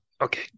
okay